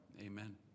Amen